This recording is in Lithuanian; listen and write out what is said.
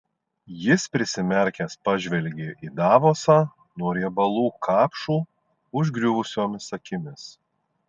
jis prisimerkęs pažvelgė į davosą nuo riebalų kapšų užgriuvusiomis akimis